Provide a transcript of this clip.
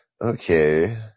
Okay